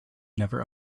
never